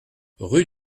rue